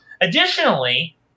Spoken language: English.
Additionally